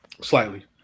slightly